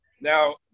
Now